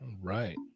Right